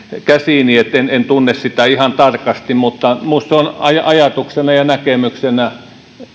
käsiini eli en tunne sitä ihan tarkasti mutta minusta se on ajatuksena ja näkemyksenä